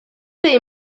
they